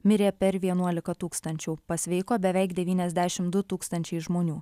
mirė per vienuolika tūkstančių pasveiko beveik devyniasdešimt du tūkstančiai žmonių